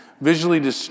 visually